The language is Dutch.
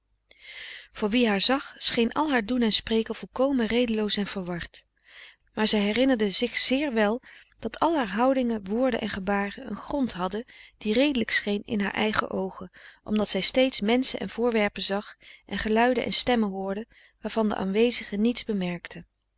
voor wie haar zag scheen al haar doen en spreken volkomen redeloos en verward maar zij herinnerde zich zeer wel dat al haar houdingen woorden en gebaren een grond hadden die redelijk scheen in haar eigen oogen omdat zij steeds menschen en voorwerpen zag en geluiden en stemmen hoorde waarvan de aanwezigen niets bemerkten